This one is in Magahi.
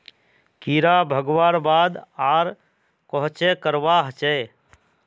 कीड़ा भगवार बाद आर कोहचे करवा होचए?